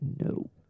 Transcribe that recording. No